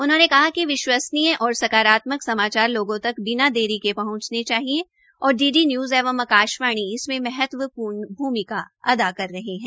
उन्होंने कहा कि विश्वसनीय और सकारात्मक समाचार लोगों तक बिना देरी के पहंचने चाहिए और डी डी न्यूज़ एवं आकाशवाणी इसमें महत्पवर्ण भ्रमिका निभा सकते है